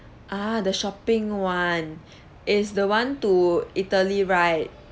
ah the shopping [one] it's the [one] to italy right